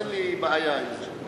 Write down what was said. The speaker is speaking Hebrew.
נמשכת כבר יותר מעשר שנים,